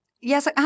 Yes